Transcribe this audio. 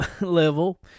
level